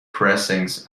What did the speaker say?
pressings